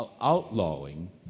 outlawing